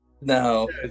No